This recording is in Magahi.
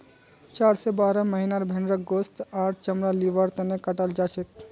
चार स बारह महीनार भेंड़क गोस्त आर चमड़ा लिबार तने कटाल जाछेक